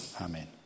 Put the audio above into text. amen